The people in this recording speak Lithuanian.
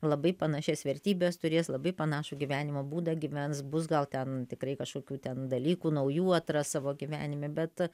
labai panašias vertybes turės labai panašų gyvenimo būdą gyvens bus gal ten tikrai kažkokių ten dalykų naujų atras savo gyvenime bet